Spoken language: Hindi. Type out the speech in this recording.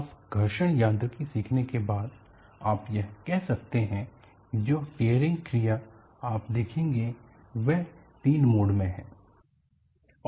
अब घर्षण यांत्रिकी सीखने के बाद आप यह कह सकते हैं कि जो टियरिंग क्रिया आप देखेंगे वह तीन मोड में है